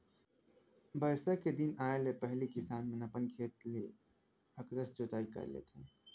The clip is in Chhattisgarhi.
बरसा के दिन आए ले पहिली किसान मन अपन खेत ल अकरस जोतई कर लेथे